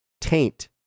taint